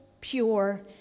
pure